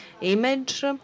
image